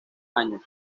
año